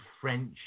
French